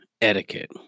etiquette